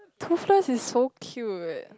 Toothless is so cute